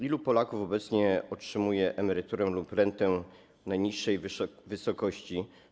Ilu Polaków obecnie otrzymuje emeryturę lub rentę w najniższej wysokości?